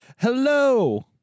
Hello